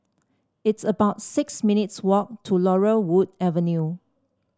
it's about six minutes' walk to Laurel Wood Avenue